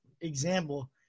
example